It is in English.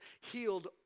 healed